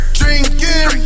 drinking